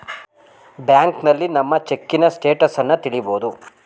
ಬ್ಯಾಂಕ್ನಲ್ಲಿ ನಮ್ಮ ಚೆಕ್ಕಿನ ಸ್ಟೇಟಸನ್ನ ತಿಳಿಬೋದು